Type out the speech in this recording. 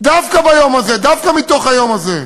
דווקא ביום הזה, דווקא מתוך היום הזה,